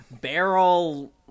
barrel